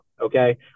okay